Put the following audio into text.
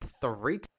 three